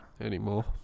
anymore